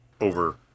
over